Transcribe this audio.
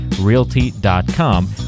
realty.com